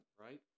right